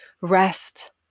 rest